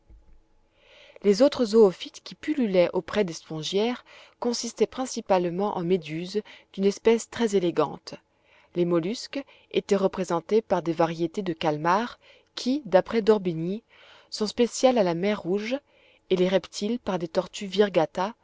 les autres zoophytes qui pullulaient auprès des spongiaires consistaient principalement en méduses d'une espèce très élégante les mollusques étaient représentés par des variétés de calmars qui d'après d'orbigny sont spéciales à la mer rouge et les reptiles par des tortues virgata